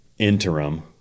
interim